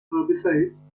herbicides